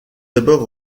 d’abord